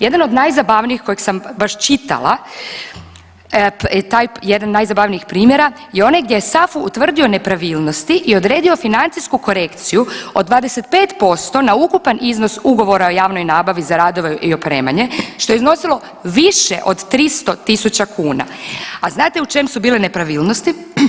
Jedan od najzabavnijih kojeg sam baš čitala je taj jedan od najzabavnijih primjera je onaj gdje je SAFU utvrdio nepravilnosti i odredio financijsku korekciju od 25% na ukupan iznos ugovora o javnoj nabavi za radove i opremanje što je iznosilo više od 300 tisuća kuna, a znate u čem su bile nepravilnosti?